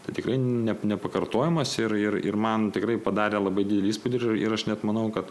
tai tikrai ne nepakartojamas ir ir ir man tikrai padarė labai didelį įspūdį ir aš net manau kad